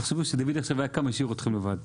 תחשבו שדוד היה קם ומשאיר אתכם לבד.